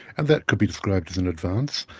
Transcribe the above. and that could be described as an advance.